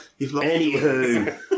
Anywho